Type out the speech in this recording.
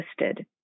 Listed